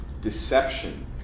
Deception